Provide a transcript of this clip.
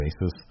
basis